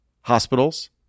hospitals